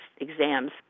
exams